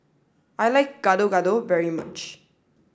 I like Gado Gado very much